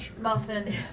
muffin